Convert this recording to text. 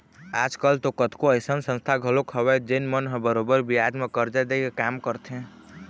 आज कल तो कतको अइसन संस्था घलोक हवय जेन मन ह बरोबर बियाज म करजा दे के काम करथे